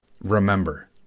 Remember